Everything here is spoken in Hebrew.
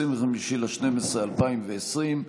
25 בדצמבר 2020,